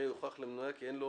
הרי --- כי אין לו